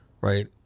right